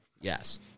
Yes